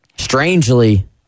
Strangely